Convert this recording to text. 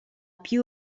più